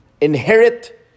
inherit